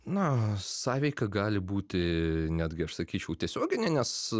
na sąveika gali būti netgi aš sakyčiau tiesioginė nes